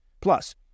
Plus